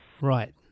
Right